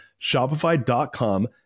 Shopify.com